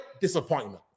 disappointment